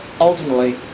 ultimately